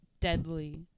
deadly